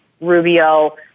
Rubio